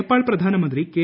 നേപ്പാൾ പ്രധാനമന്ത്രി കെ